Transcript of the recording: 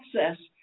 access